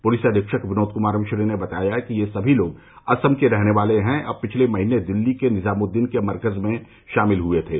police अधीक्षक विनोद कुमार मिश्र ने बताया कि ये सभी लोग असम के रहने वाले हैं और पिछले महीने दिल्ली के निजामुद्दीन में मरकज में शामिल हुए थे